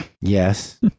Yes